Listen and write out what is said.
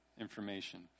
information